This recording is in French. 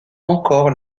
encore